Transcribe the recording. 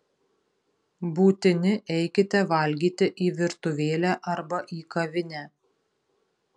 būtini eikite valgyti į virtuvėlę arba į kavinę